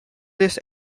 this